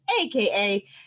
AKA